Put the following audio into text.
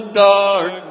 dark